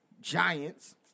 Giants